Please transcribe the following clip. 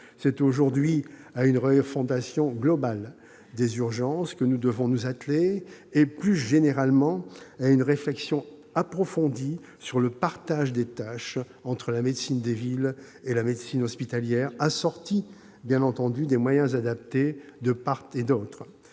C'est aujourd'hui à une refondation globale des urgences que nous devons nous atteler, et plus généralement à une réflexion approfondie sur le partage des tâches entre la médecine de ville et la médecine hospitalière, assorti, bien entendu, des moyens adaptés de part et d'autre.